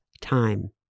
time